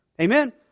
Amen